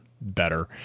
better